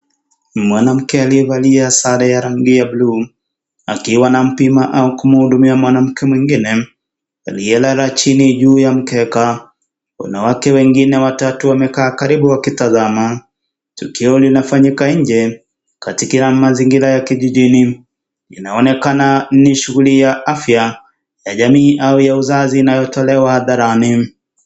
Mwanamke aliyevalia sare ya rangi ya buluu, akiwa anampima au kumuhudumia mwanamke mwingine aliyelala chini juu ya mkeka. Wanawake wengine watatu wamekaa karibu wakitazama. Tukio linafanyika nje katika mazingira ya kijijini. Inaonekana ni shughuli ya afya ya jamii au ya uzazi inayotolewa hadharani.